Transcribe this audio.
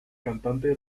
cantante